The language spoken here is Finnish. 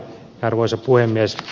arvoisa puhemies